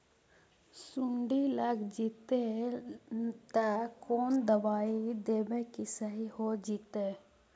सुंडी लग जितै त कोन दबाइ देबै कि सही हो जितै?